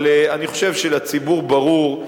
אבל אני חושב שלציבור ברור,